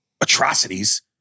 atrocities